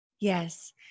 Yes